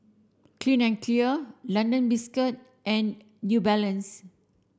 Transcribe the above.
Clean and Clear London Biscuits and New Balance